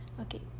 Okay